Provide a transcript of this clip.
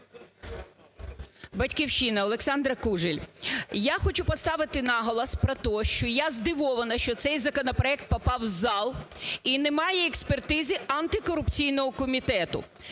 "Батьківщина", Олександра Кужель. Я хочу поставити наголос про те, що я здивована, що цей законопроект попав в зал і немає експертизи антикорупційного комітету.